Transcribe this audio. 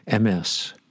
MS